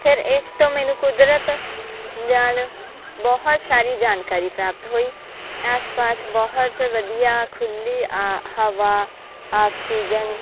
ਫਿਰ ਇਸ ਤੋਂ ਮੈਨੂੰ ਕੁਦਰਤ ਨਾਲ ਬਹੁਤ ਸਾਰੀ ਜਾਣਕਾਰੀ ਪ੍ਰਾਪਤ ਹੋਈ ਆਸ ਪਾਸ ਬਹੁਤ ਵਧੀਆ ਖੁੱਲ੍ਹੀ ਹਵਾ ਆਕਸੀਜਨ